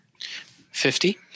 Fifty